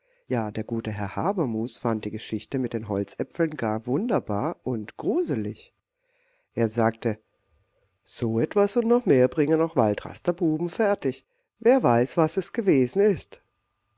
ja der gute herr habermus fand die geschichte mit den holzäpfeln gar nicht wunderbar und gruselich er sagte so etwas und noch mehr bringen auch die waldraster buben fertig wer weiß wer es gewesen ist